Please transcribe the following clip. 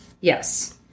yes